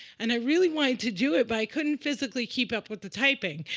and i really wanted to do it, but i couldn't physically keep up with the typing.